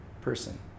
person